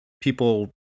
people